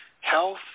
health